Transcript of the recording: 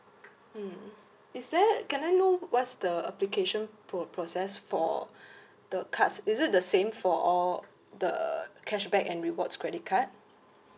mm is there can I know what's the application pro~ process for the cards is it the same for all the cashback and rewards credit card